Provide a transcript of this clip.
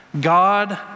God